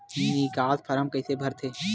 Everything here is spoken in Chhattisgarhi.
निकास फारम कइसे भरथे?